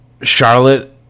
Charlotte